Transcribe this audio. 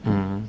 um